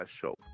show